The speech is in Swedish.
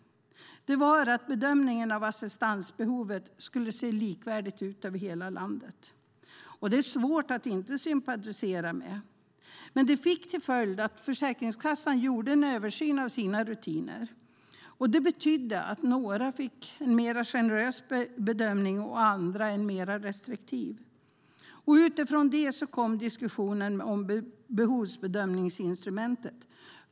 Det var att bedömningen av assistansbehovet skulle vara likvärdig över hela landet. Det är svårt att inte sympatisera med det men det fick till följd att Försäkringskassan gjorde en översyn av sina rutiner. Det betydde att några fick en mer generös bedömning och andra en mer restriktiv. Utifrån det kom diskussionen om behovsbedömningsinstrumentet.